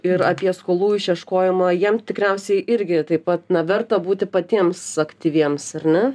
ir apie skolų išieškojimą jiem tikriausiai irgi taip pat na verta būti patiems aktyviems ar ne